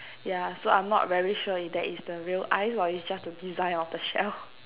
yeah so I'm not very sure if that is the real eyes or is just the design of the shell